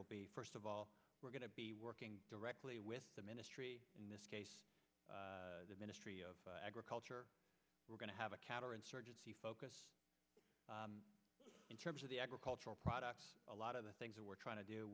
will be first of all we're going to be working directly with the ministry in this case the ministry of agriculture we're going to have a counter insurgency focus in terms of the agricultural products a lot of the things we're trying to do